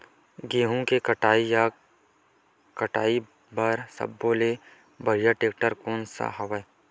गेहूं के कटाई या कटाई बर सब्बो ले बढ़िया टेक्टर कोन सा हवय?